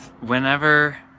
whenever